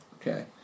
Okay